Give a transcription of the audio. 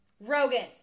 Rogan